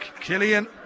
Killian